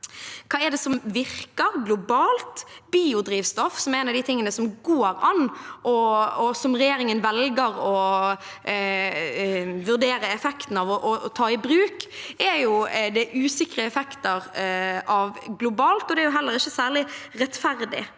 Hva er det som virker globalt? Biodrivstoff, som er en av de tingene som går an, og som regjeringen velger å vurdere effekten av å ta i bruk, er det usikre effekter av globalt, og det er heller ikke særlig rettferdig.